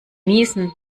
niesen